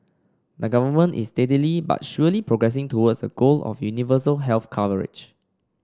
the government is steadily but surely progressing towards a goal of universal health coverage